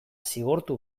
zigortu